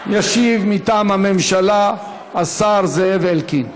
ישיב מטעם הממשלה השר זאב אלקין.